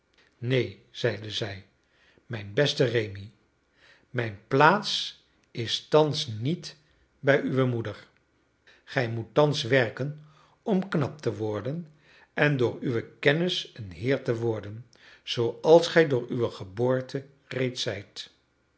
neen zeide zij mijn beste rémi mijn plaats is thans niet bij uwe moeder gij moet thans werken om knap te worden en door uwe kennis een heer te worden zooals gij door uwe geboorte reeds zijt